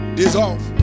dissolve